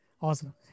Awesome